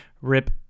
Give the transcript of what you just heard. rip